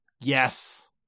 Yes